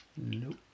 Nope